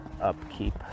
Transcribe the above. upkeep